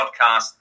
podcast